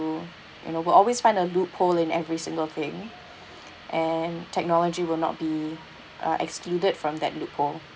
you know we'll always find a loophole in every single thing and technology will not be uh excluded from that loophole